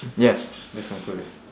yes let's conclude it